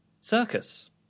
circus